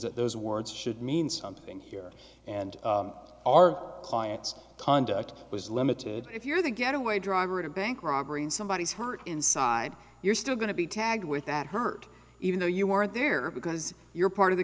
that those words should mean something here and our client's conduct was limited if you're the getaway driver in a bank robbery and somebody is hurt inside you're still going to be tagged with that hurt even though you were there because you're part of the